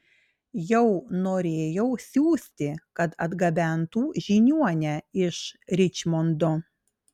jau norėjau siųsti kad atgabentų žiniuonę iš ričmondo